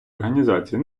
організації